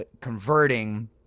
converting